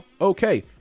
okay